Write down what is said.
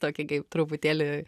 tokį kaip truputėlį